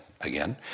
Again